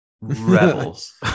Rebels